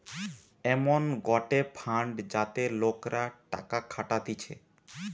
এমন গটে ফান্ড যাতে লোকরা টাকা খাটাতিছে